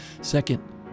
Second